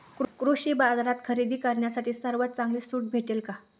कृषी बाजारात खरेदी करण्यासाठी सर्वात चांगली सूट भेटेल का?